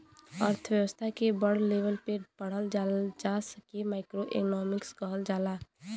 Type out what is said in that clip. अर्थव्यस्था के बड़ लेवल पे पढ़ल जाला जे के माइक्रो एक्नामिक्स कहल जाला